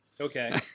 Okay